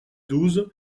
douze